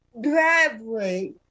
driveway